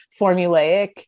formulaic